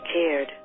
cared